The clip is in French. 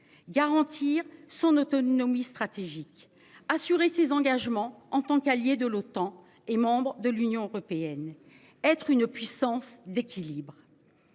garantir son autonomie stratégique assurer ses engagements en tant qu'alliés de l'OTAN et membres de l'Union européenne. Être une puissance d'équilibre.